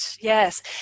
Yes